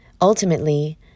Ultimately